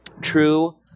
True